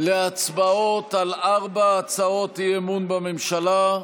אנחנו עוברים להצבעות על ארבע הצעות אי-אמון בממשלה.